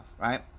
right